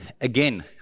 Again